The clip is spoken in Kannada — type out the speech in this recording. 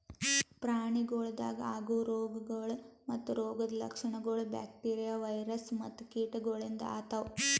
ಪ್ರಾಣಿಗೊಳ್ದಾಗ್ ಆಗವು ರೋಗಗೊಳ್ ಮತ್ತ ರೋಗದ್ ಲಕ್ಷಣಗೊಳ್ ಬ್ಯಾಕ್ಟೀರಿಯಾ, ವೈರಸ್ ಮತ್ತ ಕೀಟಗೊಳಿಂದ್ ಆತವ್